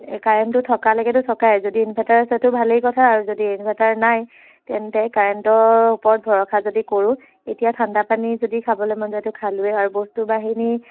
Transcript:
এই কাৰেণ্টটো থকালৈকেতো থকাই যদি ইনভাৰ্টাৰ আছেতো ভালেই কথা আৰু যদি ইনভাৰ্টাৰ নাই তেন্তে কাৰেণ্টৰ ওপৰত ভৰসা যদি কৰোঁ এতিয়া ঠাণ্ডাপানী যদি খাবলৈ মন যায়তো খালোঁৱে আৰু বস্ত বাহানি